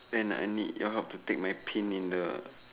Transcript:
then I need your help to take my pin in the